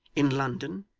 in london,